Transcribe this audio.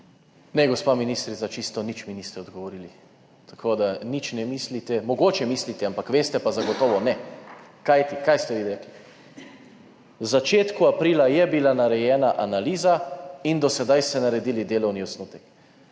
Ne, gospa ministrica, na čisto nič mi niste odgovorili, tako da nič ne mislite, mogoče mislite, ampak veste pa zagotovo ne. Kaj ste vi rekli? V začetku aprila je bila narejena analiza in do sedaj ste naredili delovni osnutek.